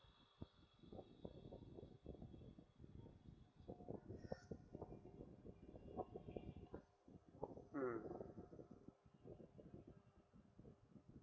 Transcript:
mm